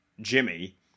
Jimmy